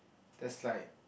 there's like